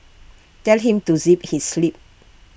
tell him to zip his lip